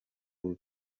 bubi